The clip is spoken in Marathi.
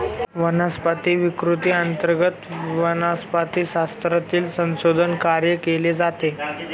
वनस्पती विकृती अंतर्गत वनस्पतिशास्त्रातील संशोधन कार्य केले जाते